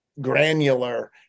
granular